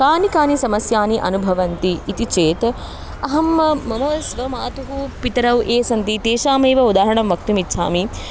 कानि कानि समस्यानि अनुभवन्ति इति चेत् अहं मम स्वमातुः पितरौ ये सन्ति तेषामेव उदाहरणं वक्तुमिच्छामि